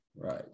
right